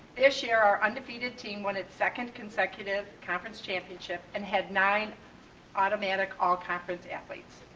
this year, our undefeated team won its second consecutive conference championship and had nine automatic all-conference athletes.